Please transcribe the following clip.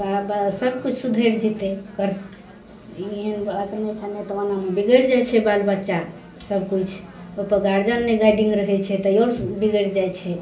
सब किछु सुधरि जेतय कर ई एहन ओनामे बिगड़ि जाइ छै बाल बच्चा सब किछु ओइपर गार्जियन नहि गाइडिंग रहय छै तऽ ओ बिगड़ि जाइ छै